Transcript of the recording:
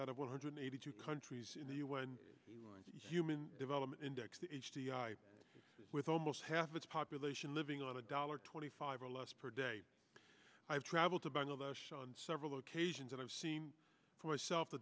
out of one hundred eighty two countries in the u n human development index h d i with almost half its population living on a dollar twenty five or less per day i've traveled to bangladesh on several occasions and i've seen for myself t